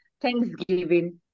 Thanksgiving